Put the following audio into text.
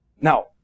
Now